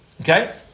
okay